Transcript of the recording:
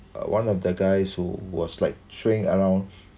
one of the guys who was like showing around